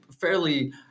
fairly